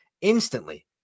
Instantly